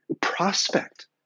prospect